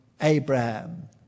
Abraham